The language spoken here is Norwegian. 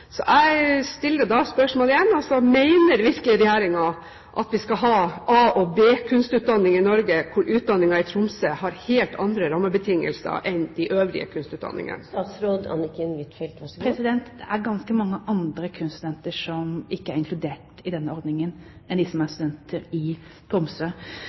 Jeg stiller spørsmålet igjen: Mener virkelig regjeringen at vi skal ha A- og B-kunstutdanning i Norge, hvor kunstutdanningen i Tromsø har helt andre rammebetingelser enn de øvrige kunstutdanningene? Det er ganske mange andre kunststudenter enn de som er studenter i Tromsø, som ikke er inkludert i denne ordningen.